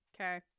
Okay